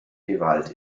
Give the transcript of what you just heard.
gewalt